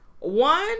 One